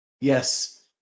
Yes